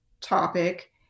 topic